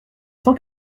cent